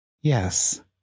Yes